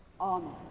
Amen